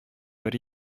бер